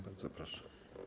Bardzo proszę.